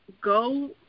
go